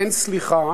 אין סליחה